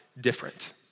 different